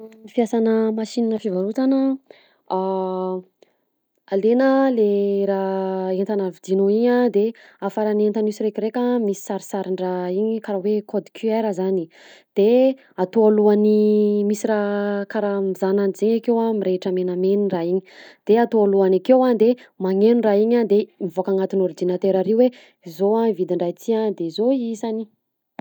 Fiasanà machine fivarotana: alaina le raha entana vidinao igny a de afaran'ny entana io siraikaraika misy sarisarin-draha igny karaha hoe code QR zany, de atao alohan'ny misy raha karaha mizaha ananjy zaigny akeo a mirehitra menamena raha igny, de atao alohany akeo a de magneno raha igny a de mivoaka agnatin'ny ordinatera ary hoe: zao a vidin'raha ity a de zao isany.